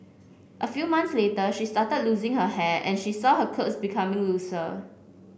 a few months later she started losing her hair and she saw her clothes becoming looser